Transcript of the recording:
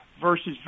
versus